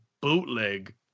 bootleg